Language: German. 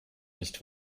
nicht